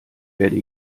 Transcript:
werde